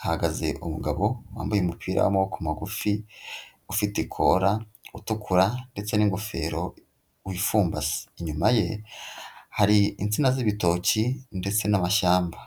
hahagaze umugabo wambaye umupira w'amaboko magufi, ufite ikora, utukura ndetse n'ingofero, wifumbase, inyuma ye hari insina z'ibitoki ndetse n'amashyamba.